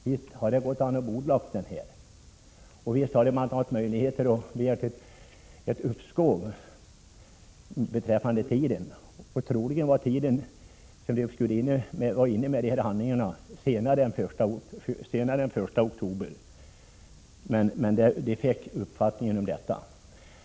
Visst hade man kunnat göra det, och visst hade man haft möjlighet att begära uppskov med att lämna in handlingarna — troligen var den 1 oktober inte den absolut sista inlämningsdagen.